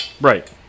Right